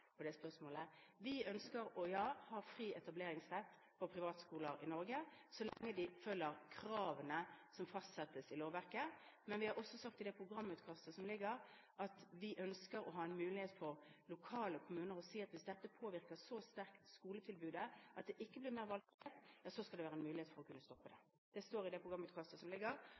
Ja, vi ønsker å ha fri etableringsrett for privatskoler i Norge så lenge de følger kravene som fastsettes i lovverket. Men vi har også sagt i det programutkastet som foreligger, at vi ønsker å ha en mulighet for lokale kommuner til å si at hvis dette påvirker skoletilbudet så sterkt at det ikke blir mer valgfrihet, så skal det være en mulighet for å kunne stoppe det. Det står i det programutkastet som